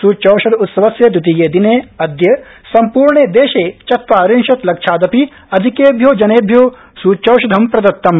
सूच्योषध उत्सवस्य द्वितीये दिने अद्य सम्पूर्णे देशे चत्वारिंशत् लक्षादपि अधिकेभ्यो जनेभ्यो सूच्यौषधं प्रदत्तम्